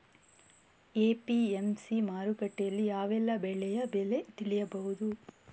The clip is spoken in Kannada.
ಎ.ಪಿ.ಎಂ.ಸಿ ಮಾರುಕಟ್ಟೆಯಲ್ಲಿ ಯಾವೆಲ್ಲಾ ಬೆಳೆಯ ಬೆಲೆ ತಿಳಿಬಹುದು?